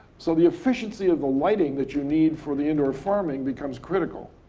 so the efficiency of the lighting that you need for the indoor farming becomes critical.